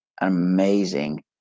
amazing